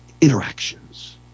interactions